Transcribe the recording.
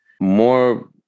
more